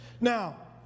Now